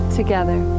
together